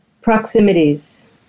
proximities